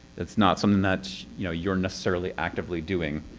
it's not something that you know you're necessarily actively doing.